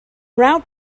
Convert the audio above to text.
route